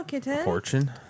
Fortune